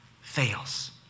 fails